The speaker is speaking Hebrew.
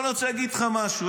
עכשיו אני רוצה להגיד לך משהו.